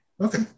Okay